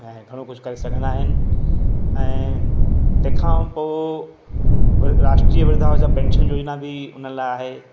ऐं घणो कुझु करे सघंदा आहिनि ऐं तंहिंखां पोइ राष्ट्रीय वृद्धा उहो सभु पैंशन जो इनाम बि उन लाइ आहे